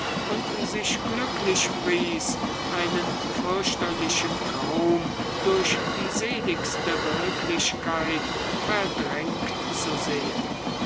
und sich glücklich pries einen fürchterlichen traum durch die seligste wirklichkeit verdrängt zu sehen